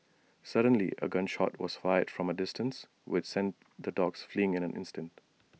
suddenly A gun shot was fired from A distance which sent the dogs fleeing in an instant